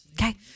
Okay